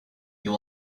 you